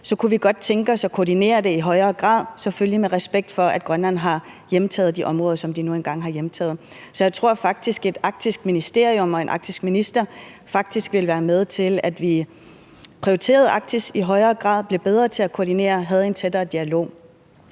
kunne vi godt tænke os at koordinere det i højere grad, selvfølgelig med respekt for, at Grønland har hjemtaget de områder, som de nu engang har hjemtaget. Så jeg tror faktisk, at et arktisk ministerium og en arktisk minister vil være med til, at vi prioriterede Arktis i højere grad og blev bedre til at koordinere og havde en tættere dialog.